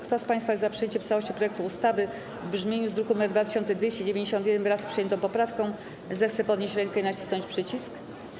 Kto z państwa jest za przyjęciem w całości projektu ustawy w brzmieniu z druku nr 2291, wraz z przyjętą poprawką, zechce podnieść rękę i nacisnąć przycisk.